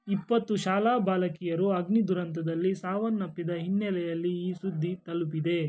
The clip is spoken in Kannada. ಇಪ್ಪತ್ತು ಶಾಲಾ ಬಾಲಕಿಯರು ಅಗ್ನಿದುರಂತದಲ್ಲಿ ಸಾವನ್ನಪ್ಪಿದ ಹಿನ್ನೆಲೆಯಲ್ಲಿ ಈ ಸುದ್ದಿ ತಲುಪಿದೆ